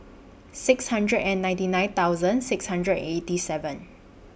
six hundred and ninety nine thousand six hundred and eighty seven